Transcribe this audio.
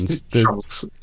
charles